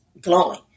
glowing